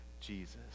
Jesus